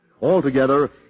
Altogether